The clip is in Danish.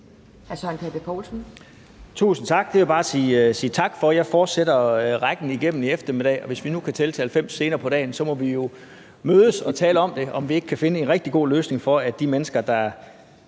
Tusind tak; det vil jeg bare sige tak for. Jeg fortsætter rækken igennem i eftermiddag. Hvis vi nu kan tælle til 90 senere på dagen, må vi jo mødes og tale om, om vi ikke kan finde rigtig god løsning, så de mennesker, der